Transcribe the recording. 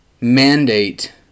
mandate